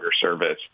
service